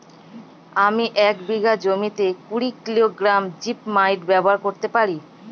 আমি এক বিঘা জমিতে কুড়ি কিলোগ্রাম জিপমাইট ব্যবহার করতে পারি?